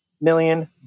million